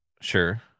Sure